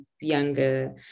younger